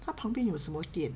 它旁边有什么店